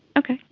okay,